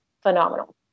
phenomenal